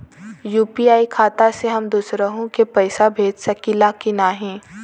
UPI खाता से हम दुसरहु के पैसा भेज सकीला की ना?